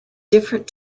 different